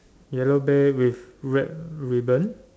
yellow bear with red ribbon